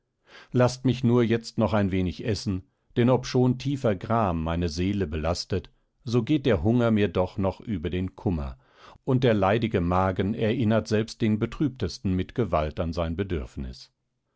laßt mich nur jetzt noch ein wenig essen denn obschon tiefer gram meine seele belastet so geht der hunger mir doch noch über den kummer und der leidige magen erinnert selbst den betrübtesten mit gewalt an sein